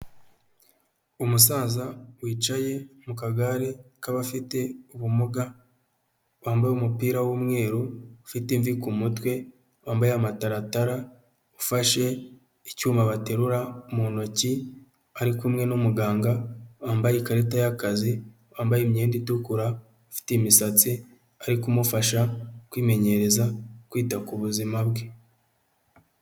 Umusaza wicaye mu kagare k'abafite ubumuga wambaye umupira w'umweru ufite imvi ku mutwe wambaye amataratara ufashe icyuma baterura mu ntoki ari kumwe n'umuganga wambaye ikarita y'akazi wambaye imyenda itukura ufite imisatsi ari kumufasha kwimenyereza kwita ku buzima bwe.